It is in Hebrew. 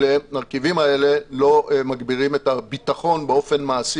שהמרכיבים האלה לא מגבירים את הביטחון באופן מעשי.